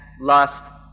lust